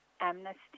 Amnesty